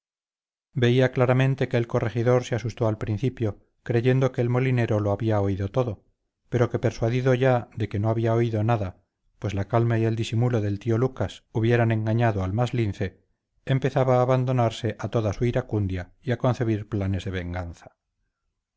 veía claramente que el corregidor se asustó al principio creyendo que el molinero lo había oído todo pero que persuadido ya de que no había oído nada pues la calma y el disimulo del tío lucas hubieran engañado al más lince empezaba a abandonarse a toda su iracundia y a concebir planes de venganza